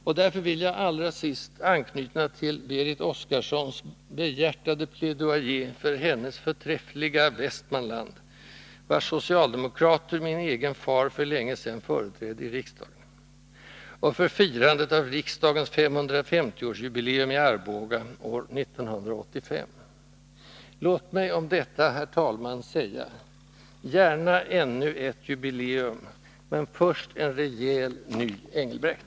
Och därför vill jag, allra sist, anknyta till Berit Oscarssons behjärtade plaidoyer för hennes förträffliga Västmanland — vars socialdemokrater min egen far för länge sedan företrädde i riksdagen — och för firandet av riksdagens 550-årsjubileum i Arboga år 1985. Låt mig om detta, herr talman, säga: Gärna ännu ett jubileum, men först en rejäl, ny Engelbrekt.